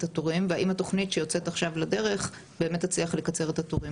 התורים והאם התוכנית שיוצאת עכשיו לדרך באמת תצליח לקצר את התורים,